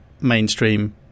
mainstream